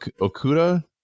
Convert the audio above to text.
Okuda